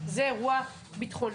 זה אירוע ביטחוני.